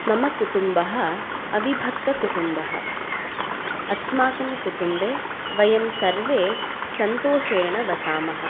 मम कुटुम्बः अविभक्तकुटुम्बः अस्माकं कुटुम्बे वयं सर्वे सन्तोषेण वसामः